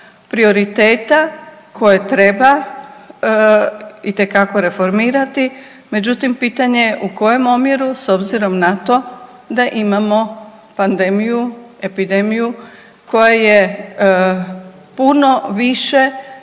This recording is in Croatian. prioriteta koje treba itekako reformirati međutim pitanje je u koje omjeru s obzirom na to da imamo pandemiju, epidemiju koja je puno više